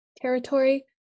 territory